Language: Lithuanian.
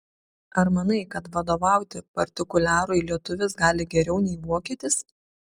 ar manai kad vadovauti partikuliarui lietuvis gali geriau nei vokietis